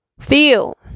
feel